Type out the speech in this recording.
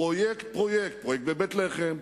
פרויקט-פרויקט: פרויקט בבית-לחם,